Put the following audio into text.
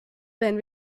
wenn